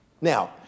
Now